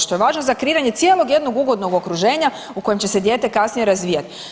Što je važno za kreiranje cijelog jednog ugodnog okruženja u kojem će se dijete kasnije razvijati.